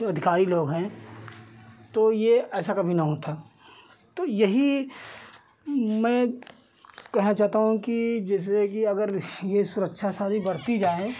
जो अधिकारी लोग हैं तो यह ऐसा कभी न होता तो यही मैं कहना चाहता हूँ कि जैसे कि अगर यह सुरक्षा सारी बरती जाए